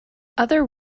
other